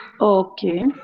okay